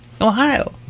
Ohio